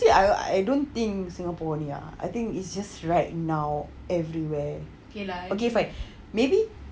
honestly I I don't think singapore only ah I think it's just right now everywhere okay fine maybe